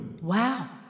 Wow